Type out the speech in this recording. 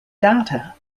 data